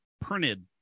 printed